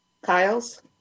Kyle's